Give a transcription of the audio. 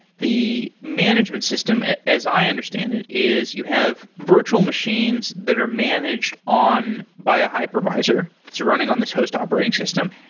the management system as i understand it is you have virtual machines that are managed on by a hypervisor. it's running on this host operating system.